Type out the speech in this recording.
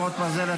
חרבות ברזל),